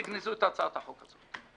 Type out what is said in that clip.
תגנזו את הצעת החוק הזאת.